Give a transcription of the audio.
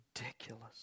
ridiculous